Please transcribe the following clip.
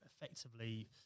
effectively